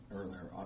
earlier